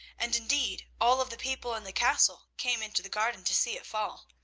and indeed all of the people in the castle, came into the garden to see it fall.